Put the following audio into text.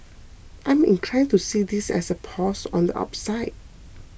I'm inclined to see this as a pause on the upside